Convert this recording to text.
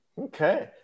Okay